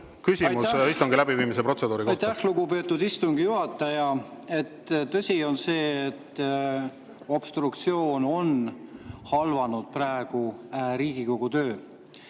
küsimus istungi läbiviimise protseduuri kohta!